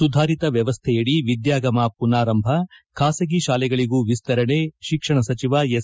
ಸುಧಾರಿತ ವ್ಯವಸ್ಥೆಯಡಿ ವಿದ್ವಾಗಮ ಪುನರಾರಂಭ ಬಾಸಗಿ ತಾಲೆಗಳಗೂ ವಿಸ್ತರಣೆ ಶಿಕ್ಷಣ ಸಚಿವ ಎಸ್